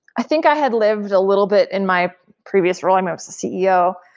i think i had lived a little bit in my previous role, i'm a ceo.